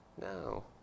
No